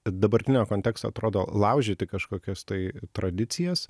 dabartinio konteksto atrodo laužyti kažkokias tai tradicijas